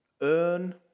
earn